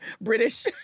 British